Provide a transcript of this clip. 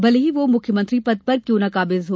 भले ही वह मुख्यमंत्री पद पर क्यों न काबिज हो